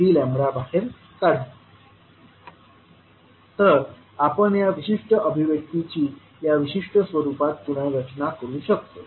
तर आपण या विशिष्ट अभिव्यक्तीची या विशिष्ट स्वरूपात पुनर्रचना करू शकतो